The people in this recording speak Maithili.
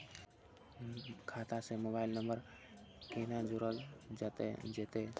खाता से मोबाइल नंबर कोना जोरल जेते?